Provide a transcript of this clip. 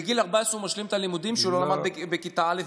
בגיל 14 הוא משלים את הלימודים שהוא לא למד בכיתה א',